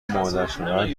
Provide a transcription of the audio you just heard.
مادرشوهر